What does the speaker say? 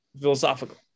philosophical